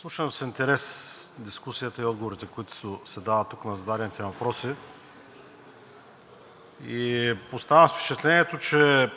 Слушам с интерес дискусията и отговорите, които се дават тук на зададените въпроси, и оставам с впечатлението, че